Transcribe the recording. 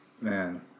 man